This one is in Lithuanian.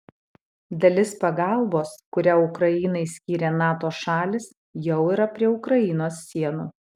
dalis pagalbos kurią ukrainai skyrė nato šalys jau yra prie ukrainos sienų